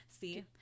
See